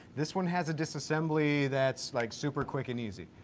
this one has a disassembly that's like super quick and easy.